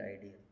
ideal